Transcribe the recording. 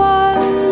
one